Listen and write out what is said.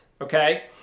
okay